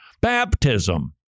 Baptism